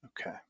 okay